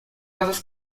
asas